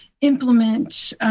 implement